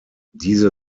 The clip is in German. diese